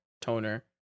toner